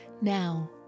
now